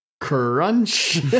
Crunch